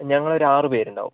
ഞങ്ങളൊരാറു പേരുണ്ടാവും